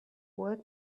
work